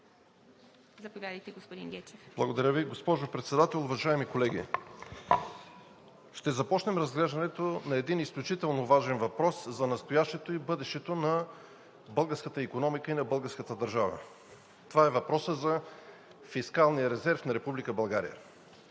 Благодаря Ви, госпожо Председател. Уважаеми колеги, ще започнем разглеждането на един изключително важен въпрос за настоящето и бъдещето на българската икономика и на българската държава – това е въпросът за фискалния резерв на Република България.